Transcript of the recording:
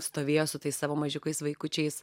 stovėjo su tais savo mažiukais vaikučiais